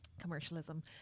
commercialism